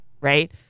right